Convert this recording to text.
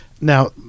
Now